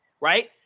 right